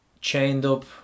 chained-up